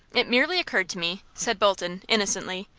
it merely occurred to me, said bolton, innocently.